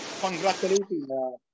congratulating